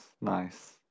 nice